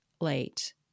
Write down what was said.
late